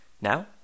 Now